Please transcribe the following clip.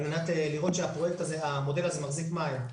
על מנת לראות שהמודל הזה מחזיק מים,